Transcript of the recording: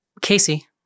Casey